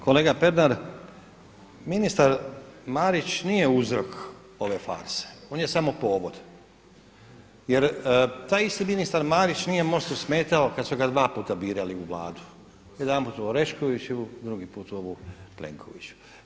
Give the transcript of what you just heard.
Kolega Pernar, ministar Marić nije uzrok ove farse on je samo povod jer taj isti ministar Marić nije MOST-u smetao kada su ga dva puta birali u vladu, jedanput u Oreškovićevu, drugi put u ovu Plenkovićevu.